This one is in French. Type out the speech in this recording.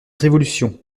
révolution